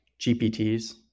GPTs